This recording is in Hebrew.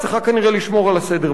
לשמור על הסדר בדבר הזה.